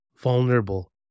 vulnerable